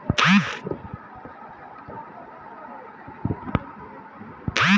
मछली पकड़ै मॅ भी कीड़ा मकोड़ा के उपयोग चारा के रूप म करलो जाय छै